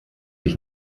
ich